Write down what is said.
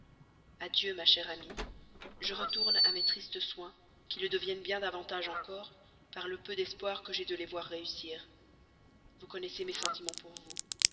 adieu ma chère amie je retourne à mes tristes soins qui le deviennent bien davantage encore par le peu d'espoir que j'ai de les voir réussir vous connaissez mes sentiments pour vous